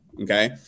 Okay